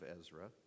Ezra